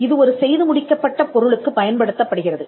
இது ஒரு செய்து முடிக்கப்பட்ட பொருளுக்கு பயன்படுத்தப்படுகிறது